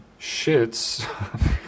shits